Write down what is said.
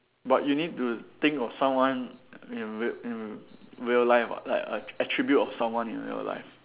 but you need to think of someone in real in real life [what] like a attribute of someone in real life